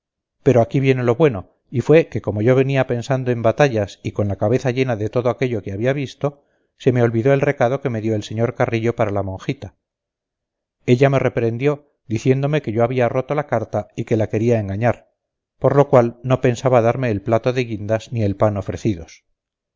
pero aquí viene lo bueno y fue que como yo venía pensando en batallas y con la cabeza llena de todo aquello que había visto se me olvidó el recado que me dio el señor carrillo para la monjita ella me reprendió diciéndome que yo había roto la carta y que la quería engañar por lo cual no pensaba darme el plato de guindas ni el pan ofrecidos